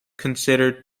considered